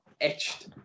etched